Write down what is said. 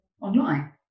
online